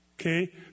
Okay